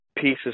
Pieces